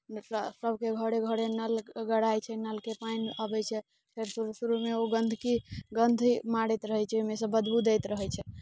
मतलब सभके घरे घरे नल गड़ाइत छै नलके पानि अबैत छै फेर शुरू शुरूमे ओ गन्दगी गंध मारैत रहै छै ओहिमे सँ बदबू दैत रहै छै